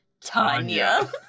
Tanya